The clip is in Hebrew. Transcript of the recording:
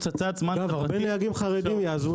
הרבה נהגים חרדים יעזבו את התחום.